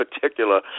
particular